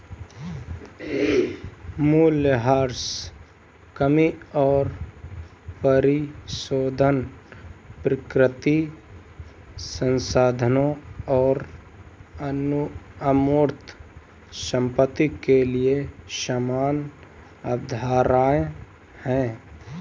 मूल्यह्रास कमी और परिशोधन प्राकृतिक संसाधनों और अमूर्त संपत्ति के लिए समान अवधारणाएं हैं